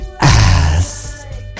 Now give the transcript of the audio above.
Ass